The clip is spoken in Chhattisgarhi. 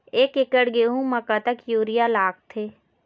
एक एकड़ गेहूं म कतक यूरिया लागथे?